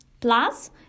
Plus